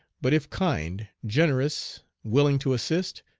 but if kind, generous, willing to assist,